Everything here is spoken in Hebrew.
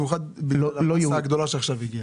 במיוחד למסה הגדולה שעכשיו הגיעה.